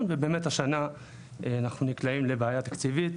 ובאמת השנה אנחנו נקלעים לבעיה תקציבית